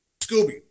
Scooby